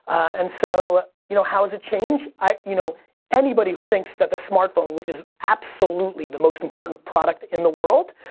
and so you know how is it changed? you know anybody who thinks that the smartphone which is absolutely the most important product in the world,